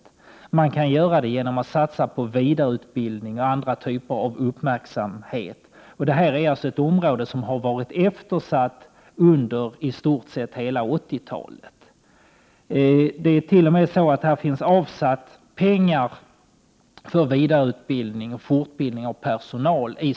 Det kan även ske genom att personalen får uppmärksamhet bl.a. i form av vidareutbildning. Detta område har varit eftersatt under i stort sett hela 1980-talet. Det finns t.o.m. pengar avsatta i form av statsbidrag för vidareutbildning och fortbildning av personalen.